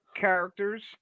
characters